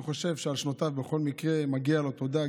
אני חושב שעל שנותיו בכל מקרה מגיעה לו תודה.